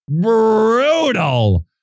brutal